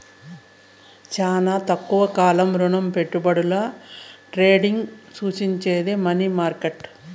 శానా తక్కువ కాల రుణపెట్టుబడుల ట్రేడింగ్ సూచించేది మనీ మార్కెట్